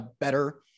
better